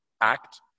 act